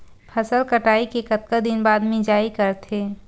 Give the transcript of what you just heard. फसल कटाई के कतका दिन बाद मिजाई करथे?